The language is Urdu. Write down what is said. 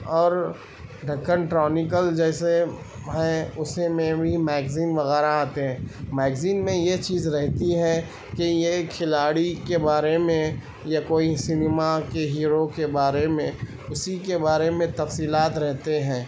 اور دکن ٹرانیکل جیسے ہیں اس میں بھی میگزین وغیرہ آتے ہیں میگزین میں یہ چیز رہتی ہے کہ یہ کھلاڑی کے بارے میں یا کوئی سنما کے ہیرو کے بارے میں اسی کے بارے میں تفصیلات رہتے ہیں